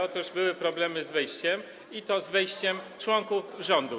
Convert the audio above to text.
Otóż były problemy z wejściem, i to z wejściem członków rządu.